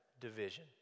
division